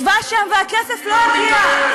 ישבה שם, והכסף לא הגיע.